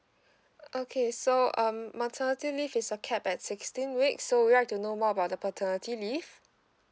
okay so um maternity leave is uh cap at sixteen week so would you like to know more about the paternity leave